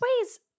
ways